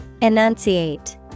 enunciate